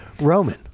Roman